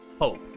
Hope